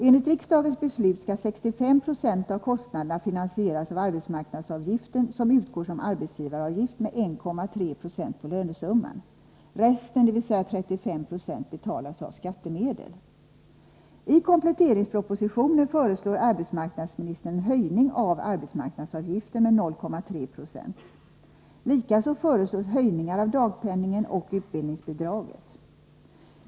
Enligt riksdagens beslut skall 65 96 av kostnaderna finansieras av arbetsmarknadsavgiften, som utgår som arbetsgivaravgift med 1,3 70 av lönesumman. Resten, dvs. 35 20, betalas av skattemedel. I kompletteringspropositionen föreslår arbetsmarknadsministern en höjning av arbetsmarknadsavgiften med 0,3 70. Likaså föreslås höjningar av dagpenningen och utbildningsbidraget.